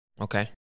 Okay